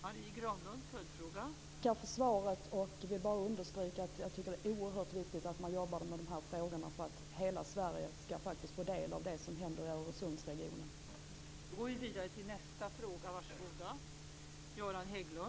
Fru talman! Tack för svaret. Jag vill bara understryka att jag tycker att det är oerhört viktigt att man jobbar med de här frågorna, så att hela Sverige kan få del av det som händer i Öresundsregionen.